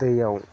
दैआव